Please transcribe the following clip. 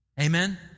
Amen